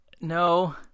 No